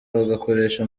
bagakoresha